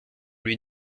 lui